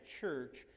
church